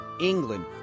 England